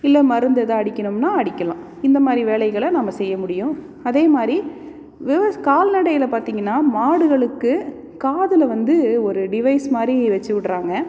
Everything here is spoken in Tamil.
இல்லை மருந்து எதாவது அடிக்கணும்னால் அடிக்கலாம் இந்த மாதிரி வேலைகளை நாம் செய்யமுடியும் அதே மாதிரி விவ கால்நடைகளை பார்த்தீங்கன்னா மாடுகளுக்கு காதில் வந்து ஒரு டிவைஸ் மாதிரி வெச்சு விட்றாங்க